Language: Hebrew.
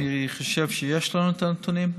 אני חושב שיש לנו את הנתונים.